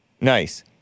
Nice